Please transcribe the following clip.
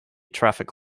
traffic